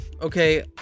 Okay